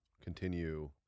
continue